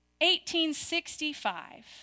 1865